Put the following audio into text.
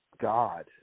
God